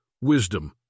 wisdom